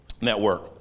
network